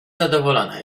zadowolona